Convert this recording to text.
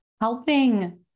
helping